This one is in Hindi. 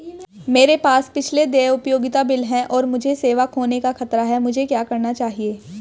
मेरे पास पिछले देय उपयोगिता बिल हैं और मुझे सेवा खोने का खतरा है मुझे क्या करना चाहिए?